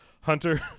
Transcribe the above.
hunter